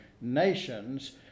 Nations